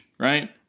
Right